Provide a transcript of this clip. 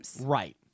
Right